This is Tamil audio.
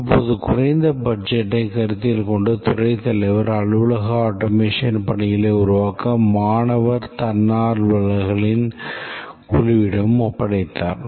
இப்போது குறைந்த பட்ஜெட்டைக் கருத்தில் கொண்டு துறைத் தலைவர் அலுவலக ஆட்டோமேஷன் பணிகளை உருவாக்க மாணவர் தன்னார்வலர்களின் குழுவிடம் ஒப்படைத்தார்